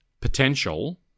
potential